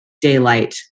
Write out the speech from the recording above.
daylight